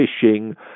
fishing